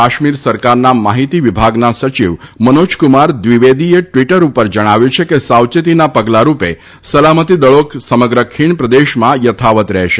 કાશ્મીર સરકારના માહિતી વિભાગના સચિવ મનોજકુમાર દ્વિવેદીએ ટ્વીટર ઉપર જણાવ્યું છે કે સાવચેતીના પગલા રૂપે સલામતી દળો સમગ્ર ખીણ પ્રદેશમાં થથાવત રહેશે